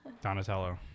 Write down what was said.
Donatello